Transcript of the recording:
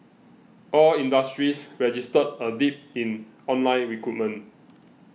all industries registered a dip in online recruitment